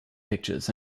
pictures